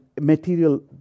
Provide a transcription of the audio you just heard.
material